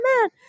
man